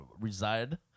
reside